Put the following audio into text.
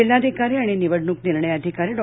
जिल्हाधिकारी आणि निवडणूक निर्णय अधिकारी डॉ